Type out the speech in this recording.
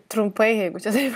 trumpai jeigu čia taip